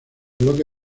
bloque